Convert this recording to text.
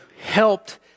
helped